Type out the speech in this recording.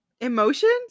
emotions